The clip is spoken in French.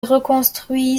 reconstruit